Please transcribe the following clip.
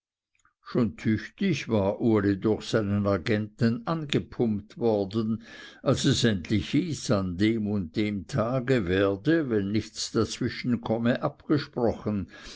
schon tüchtig war uli durch seinen agenten angepumpt worden als es endlich hieß an dem und dem tage werde wenn nichts dazwischenkomme abgesprochen